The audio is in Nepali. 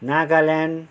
नागाल्यान्ड